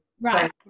right